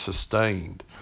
sustained